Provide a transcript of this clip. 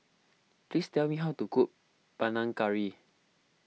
please tell me how to cook Panang Curry